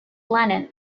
lennon